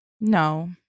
No